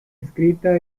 escrita